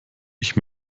ich